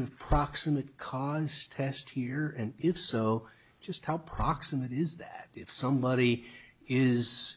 of proximate cause test here and if so just how proximate is that if somebody is